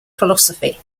philosophy